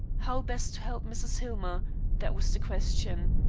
how best to help mrs. hillmer that was the question.